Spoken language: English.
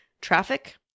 traffic